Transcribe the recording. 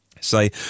say